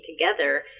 together